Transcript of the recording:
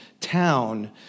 town